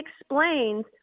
explains